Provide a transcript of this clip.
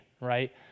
right